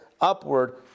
upward